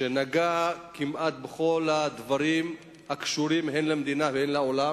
שנגע כמעט בכל הדברים הקשורים הן למדינה והן לעולם.